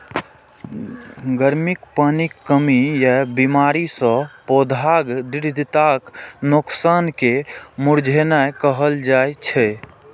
गर्मी, पानिक कमी या बीमारी सं पौधाक दृढ़ताक नोकसान कें मुरझेनाय कहल जाइ छै